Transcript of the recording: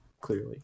Clearly